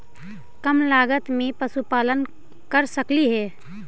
कम लागत में कौन पशुपालन कर सकली हे?